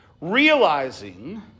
Realizing